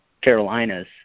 carolina's